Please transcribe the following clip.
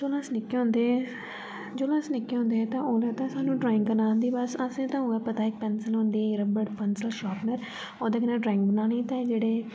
जेल्लै अस निक्के होंदे हे तां जेल्लै अस निक्के होंदे तां ओल्लै ते सानु ड्राइंग बनान दी बस असेंगी तां उ'ऐ पता ऐ इक पेन्सिल होंदी रब्बर पेन्सिल शारपनर ओह्दे कन्नै ड्राइंग बनानी ते जेह्ड़े